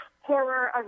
horror